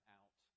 out